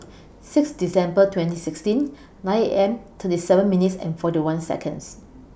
six December twenty sixteen nine A M thirty seven minutes and forty one Seconds